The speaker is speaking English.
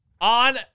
On